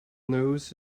nose